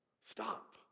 Stop